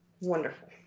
wonderful